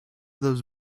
those